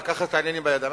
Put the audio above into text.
לקחת את העניינים בידיים.